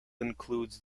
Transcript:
includes